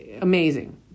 amazing